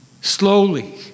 Slowly